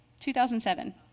2007